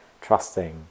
trusting